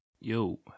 yo